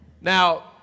Now